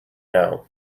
now